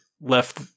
left